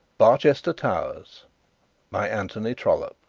barchester towers by anthony trollope